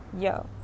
yo